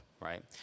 right